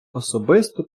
особисто